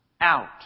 out